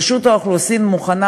רשות האוכלוסין מוכנה,